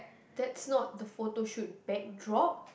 that's not the photo shoot backdrop